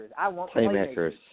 playmakers